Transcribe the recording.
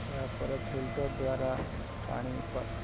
ଏହା ପରେ ଫିଲିଟର୍ ଦ୍ଵାରା ପାଣି କର